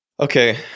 okay